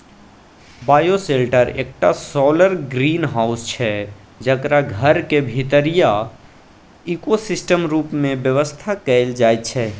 bioshelter एकटा solar greenhouse छै जकरा घरक भीतरीया इकोसिस्टम रुप मे बेबस्था कएल जाइत छै